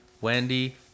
Wendy